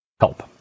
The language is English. help